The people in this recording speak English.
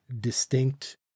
distinct